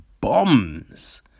bombs